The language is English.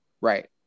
Right